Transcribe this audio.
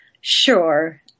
sure